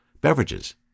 beverages